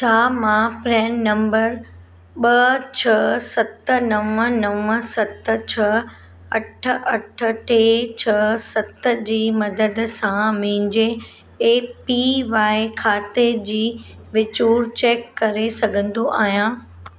छा मां प्रेन नंबर ॿ छ्ह सत नव नव सत छ्ह अठ अठ टे छ्ह सत जी मदद सां मुंहिंजे ए पी वाय ख़ाते जी विचूर चेक करे सघंदो आहियां